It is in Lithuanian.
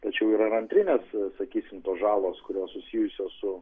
tačiau yra ir antrinės sakysim tos žalos kurios susijusios su